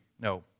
No